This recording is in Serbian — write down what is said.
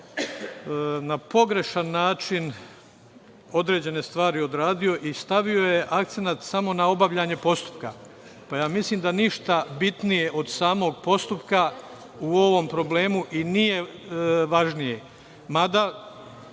na pogrešan način određene stvari odradio i stavio je akcenat samo na obavljanje postupka. Mislim da ništa bitnije nije od samog postupka u ovom problemu i nije važnije.